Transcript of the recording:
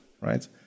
right